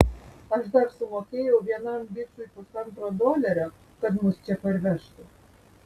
aš dar sumokėjau vienam bičui pusantro dolerio kad mus čia parvežtų